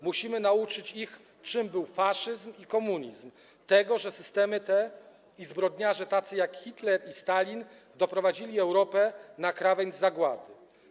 Musimy nauczyć ich, czym był faszyzm i komunizm, tego, że systemy te i zbrodniarze tacy, jak Hitler i Stalin doprowadzili Europę na krawędź zagłady.